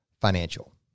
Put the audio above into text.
Financial